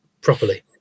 properly